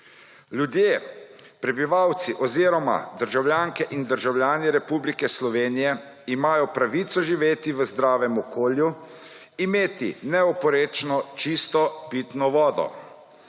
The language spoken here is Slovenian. Ljudje, prebivalci oziroma državljanke in državljani Republike Slovenije imajo pravico živeti v zdravem okolju, imeti neoporečno čisto pitno vodo.